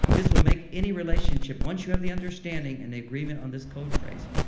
this will make any relationship, once you have the understanding and the agreement on this code phrase.